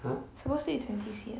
supposed to be twenty C_M